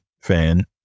fan